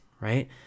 right